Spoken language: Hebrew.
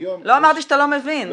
-- לא אמרתי שאתה לא מבין,